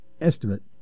estimate